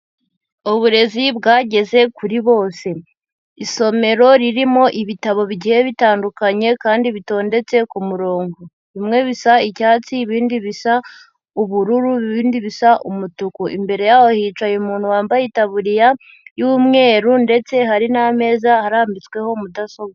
Uburezi bwageze kuri bose. Isomero ririmo ibitabo bigiye bitandukanye kandi bitondetse ku murongo. Bimwe bisa icyatsi, ibindi bisa ubururu, ibindi bisa umutuku. Imbere yaho hicaye umuntu wambaye itaburiya y'umweru ndetse hari n'ameza arambitsweho mudasobwa.